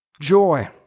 joy